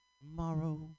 tomorrow